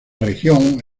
región